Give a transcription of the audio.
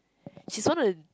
she's oen of the